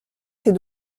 ses